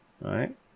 right